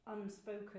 unspoken